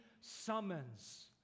summons